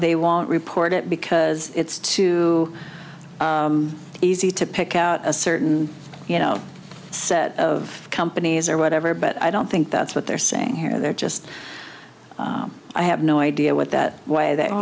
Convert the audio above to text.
they won't report it because it's too easy to pick out a certain you know set of companies or whatever but i don't think that's what they're saying here they're just i have no idea what that way that